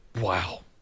Wow